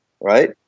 Right